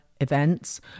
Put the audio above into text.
events